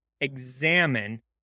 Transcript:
examine